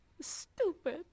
Stupid